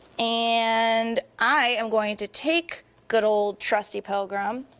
and i am going to take good ol' trusty pilgrim,